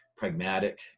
pragmatic